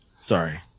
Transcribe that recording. Sorry